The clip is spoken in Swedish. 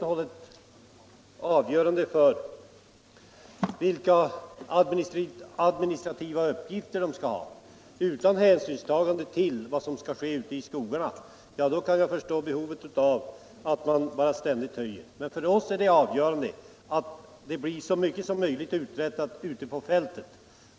Om man bara tar hänsyn till de administrativa uppgifterna och inte till vad som sker ute i skogarna kan jag förstå det ständiga behovet av ökningar. För oss är det avgörande att det blir så mycket som möjligt uträttat ute på fältet.